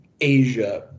Asia